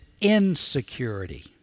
insecurity